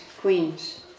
queens